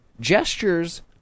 gestures